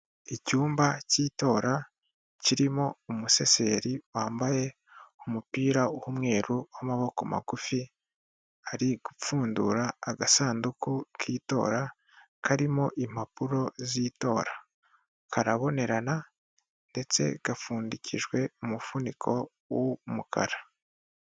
Icyumba cy'itora kirimo umuseseri wambaye umupira w'umweru w'amaboko magufi, ari gupfundura agasanduku k'itora karimo impapuro z'itora. Karabonerana ndetse gapfundikijwe umufuniko w'umukara.